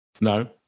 No